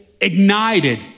ignited